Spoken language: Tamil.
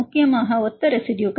முக்கியமாக ஒத்த ரெசிடுயுகள்